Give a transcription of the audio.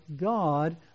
God